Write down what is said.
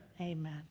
Amen